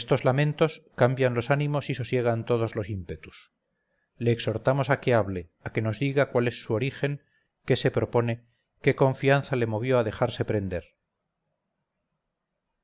estos lamentos cambian los ánimos y sosiegan todos los ímpetus le exhortamos a que hable a que nos diga cuál es su origen qué se propone qué confianza le movió a dejarse prender